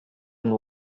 and